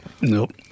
Nope